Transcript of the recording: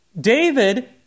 David